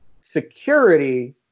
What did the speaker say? security